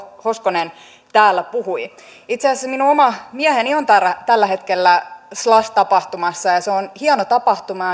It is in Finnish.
hoskonen täällä puhui itse asiassa minun oma mieheni on tällä hetkellä slush tapahtumassa ja se on hieno tapahtuma